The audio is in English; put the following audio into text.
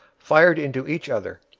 fired into each other,